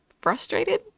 frustrated